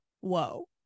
whoa